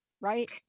right